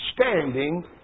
standing